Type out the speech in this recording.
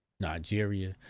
Nigeria